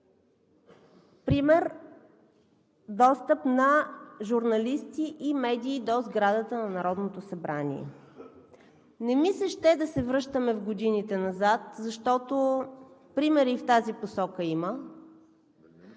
Примерът е достъп на журналисти и медии до сградата на Народното събрание. Не ми се ще да се връщаме в годините назад, защото примери в тази посока има